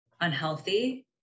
unhealthy